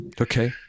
Okay